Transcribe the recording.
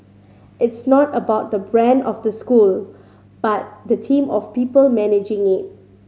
it's not about the brand of the school but the team of people managing it